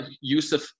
Yusuf